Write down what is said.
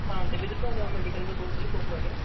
ହଁ ମେଡ଼ିକାଲ୍ରୁ କହୁଥିଲି କୁହନ୍ତୁ ଆଜ୍ଞା